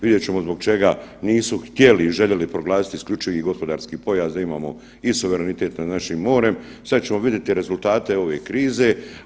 Vidjet ćemo zbog čega nisu htjeli i željeli proglasiti isključivi gospodarski pojas da imamo i suverenitet nad našim morem, sada ćemo vidjeti rezultate ove krize.